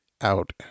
out